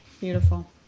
Beautiful